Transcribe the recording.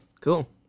Cool